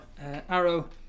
arrow